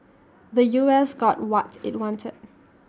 the U S got what IT wanted